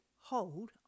hold